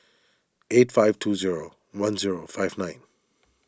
eight five two zero one zero five nine